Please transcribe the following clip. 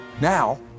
Now